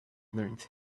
learns